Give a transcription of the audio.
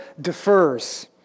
defers